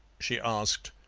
she asked.